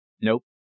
nope